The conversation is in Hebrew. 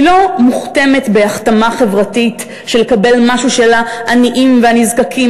היא לא מוחתמת בהחתמה חברתית של לקבל משהו של העניים והנזקקים,